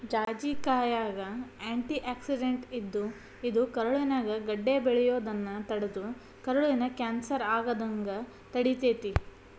ಜಾಜಿಕಾಯಾಗ antioxidant ಇದ್ದು, ಇದು ಕರುಳಿನ್ಯಾಗ ಗಡ್ಡೆ ಬೆಳಿಯೋದನ್ನ ತಡದು ಕರುಳಿನ ಕ್ಯಾನ್ಸರ್ ಆಗದಂಗ ತಡಿತೇತಿ